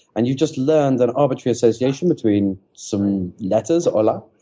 and you just learn that arbitrary association between some letters, hola,